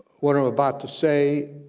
what i'm about to say,